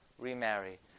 remarry